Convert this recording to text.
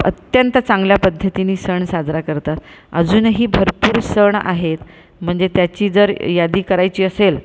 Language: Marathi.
अत्यंत चांगल्या पद्धतीनी सण साजरा करतात अजूनही भरपूर सण आहेत म्हणजे त्याची जर यादी करायची असेल